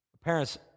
Parents